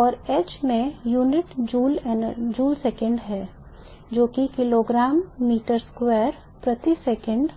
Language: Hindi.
और h में इकाइयाँ जूल सेकंड हैं जो कि किलोग्राम मीटर वर्ग प्रति सेकंड